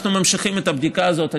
אנחנו ממשיכים את הבדיקה הזאת,